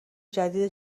جدید